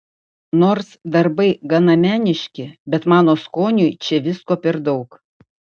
nors darbai gana meniški bet mano skoniui čia visko per daug